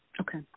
Okay